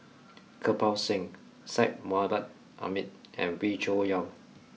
Kirpal Singh Syed Mohamed Ahmed and Wee Cho Yaw